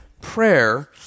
prayer